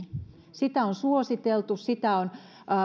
sitä on suositeltu sitä on